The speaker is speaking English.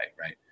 right